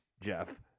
Jeff